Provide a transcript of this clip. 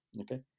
Okay